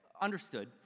understood